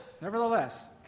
Nevertheless